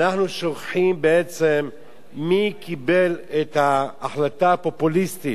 ואנחנו שוכחים בעצם מי קיבל את ההחלטה הפופוליסטית,